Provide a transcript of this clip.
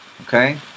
Okay